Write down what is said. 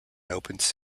opens